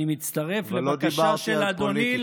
אני מצטרף לבקשה של אדוני,